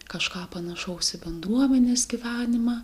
kažką panašaus į bendruomenės gyvenimą